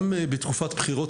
גם בתקופת בחירות,